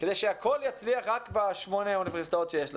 כדי שהכול יצליח רק ב-8 אוניברסיטאות שיש לנו.